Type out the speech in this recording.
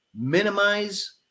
minimize